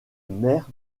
mère